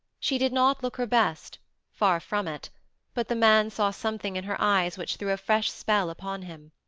she did not look her best far from it but the man saw something in her eyes which threw a fresh spell upon him.